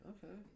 Okay